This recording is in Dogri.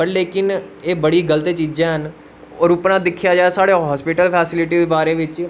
व लेकिन एह् बड़ी गल्त चीजां न और उप्परा दा दिक्खेआ जा साढ़े हास्पिटल दी फैस्लिटी दे बारे बिच्च